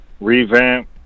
revamp